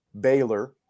Baylor